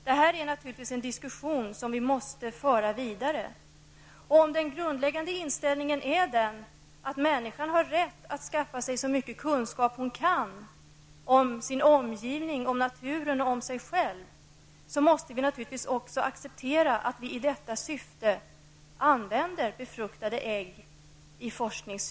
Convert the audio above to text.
Detta är naturligtvis en diskussion som vi måste föra vidare. Om den grundläggande inställningen är att människan har rätt att skaffa sig så mycket kunskap hon kan om sin omgivning, om naturen och om sig själv, måste vi naturligtvis också acceptera att man i detta syfte använder befruktade ägg i forskningen.